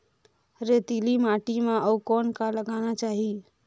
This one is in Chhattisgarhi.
रेतीली माटी म अउ कौन का लगाना चाही?